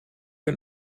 een